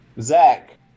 Zach